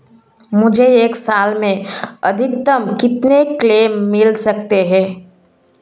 मुझे एक साल में अधिकतम कितने क्लेम मिल सकते हैं?